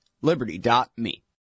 Liberty.me